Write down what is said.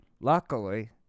Luckily